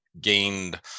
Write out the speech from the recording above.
gained